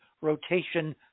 rotation